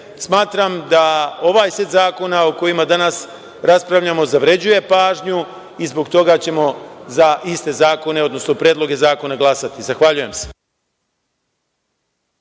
smatram da ovaj set zakona o kojima danas raspravljamo zavređuje pažnju i zbog toga ćemo za iste zakone, odnosno predloge zakona glasati. Zahvaljujem se.